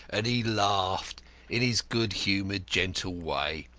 and he laughed in his good-humoured, gentle way,